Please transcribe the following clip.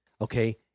Okay